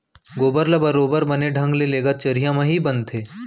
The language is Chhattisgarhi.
गोबर ल बरोबर बने ढंग ले लेगत चरिहा म ही बनथे